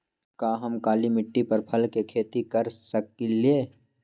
का हम काली मिट्टी पर फल के खेती कर सकिले?